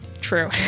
true